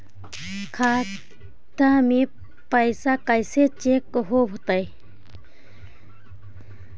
खाता में पैसा कैसे चेक हो तै?